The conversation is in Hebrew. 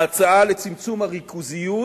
ההצעה לצמצום הריכוזיות